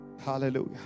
Hallelujah